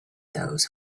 those